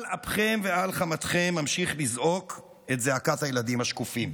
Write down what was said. על אפכם ועל חמתכם אמשיך לזעוק את זעקת הילדים השקופים: